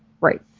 Right